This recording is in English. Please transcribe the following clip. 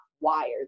wired